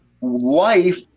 Life